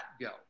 go